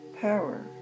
power